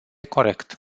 corect